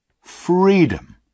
Freedom